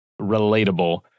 relatable